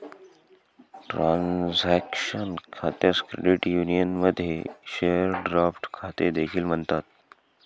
transaction खात्यास credit युनियनमध्ये share draft खाते देखील म्हणतात